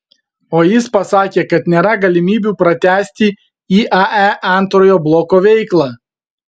o jis pasakė kad nėra galimybių pratęsti iae antrojo bloko veiklą